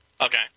Okay